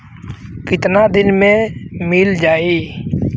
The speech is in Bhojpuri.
कितना दिन में मील जाई?